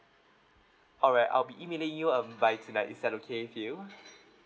alright I'll be emailing you um by tonight is that okay for you